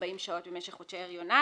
40 שעות במשך חודשי הריונה.